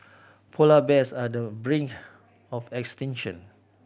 polar bears are the brink of extinction